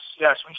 yes